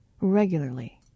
regularly